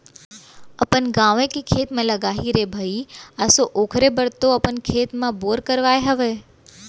अपन गाँवे के खेत म लगाही रे भई आसो ओखरे बर तो अपन खेत म बोर करवाय हवय